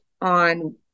on